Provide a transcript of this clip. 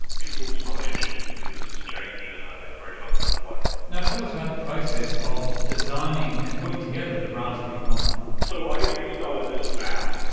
people's relationship to computers has changed in ah in a very fundamental way. tell us about the process of designing and putting together the raspberry pi. so i guess we started this about.